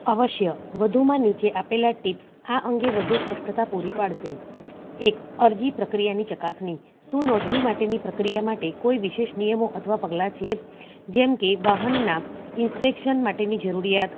અવશ્ય વધુમાં નીચે આપેલા ટીપ્સ આ અંગે વધુ સ્પષ્ટતા પૂરી પાડશે એક અરજી પ્રક્રિયાની ચકાસણી શું નોંધણી માટેની પ્રક્રિયા માટે કોઈ વિશેષ નિયમો અથવા પગલાં છે જેમ કે વાહનના ઇન્સ્પેક્શન માટેની જરૂરીયાત